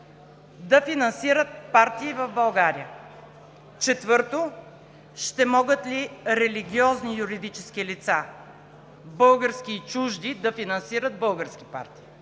да финансират партии в България? Четвърто, ще могат ли религиозни юридически лица – български и чужди, да финансират български партии?